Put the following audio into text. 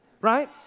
Right